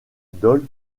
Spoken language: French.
dole